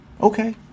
okay